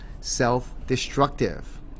self-destructive